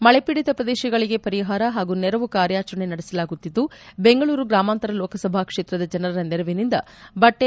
ಮಳೆ ಪೀಡಿತ ಪ್ರದೇಶಗಳಿಗೆ ಪರಿಹಾರ ಹಾಗೂ ನೆರವು ಕಾರ್ಯಾಚರಣೆ ನಡೆಸಲಾಗುತ್ತಿದ್ದು ಬೆಂಗಳೂರು ಗ್ರಾಮಾಂತರ ಲೋಕಸಭಾ ಕ್ಷೇತ್ರದ ಜನರ ನೆರವಿನಿಂದ ಬಟ್ಟೆ